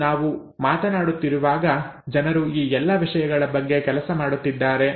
ಮತ್ತು ನಾವು ಮಾತನಾಡುತ್ತಿರುವಾಗ ಜನರು ಈ ಎಲ್ಲ ವಿಷಯಗಳ ಬಗ್ಗೆ ಕೆಲಸ ಮಾಡುತ್ತಿದ್ದಾರೆ